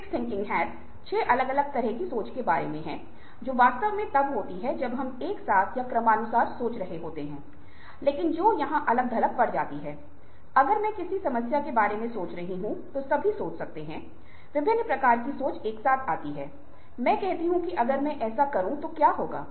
पारस्परिकता के नियमों का पालन करने से बचें हमेशा पारस्परिकता के नियम का पालन करें यह आम तौर पर होता है अगर मुझे लगता है कि मैं कुछ चीजों का खुलासा कर रहा हूं तो अन्य भाग का भी खुलासा होगा